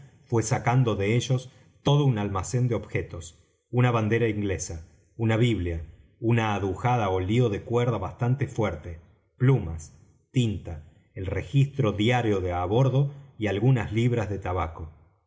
fué sacando de ellos todo un almacén de objetos una bandera inglesa una biblia una adujada ó lío de cuerda bastante fuerte plumas tinta el registro diario de á bordo y algunas libras de tabaco